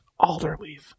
Alderleaf